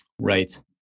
right